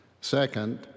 Second